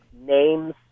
names